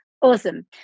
Awesome